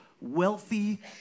wealthy